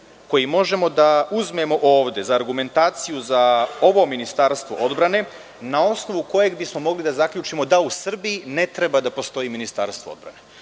koji možemo da uzmemo ovde za argumentaciju za ovo Ministarstvo odbrane, na osnovu kojeg bismo mogli da zaključimo da u Srbiji ne treba da postoji Ministarstvo odbrane.